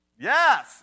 Yes